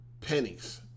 pennies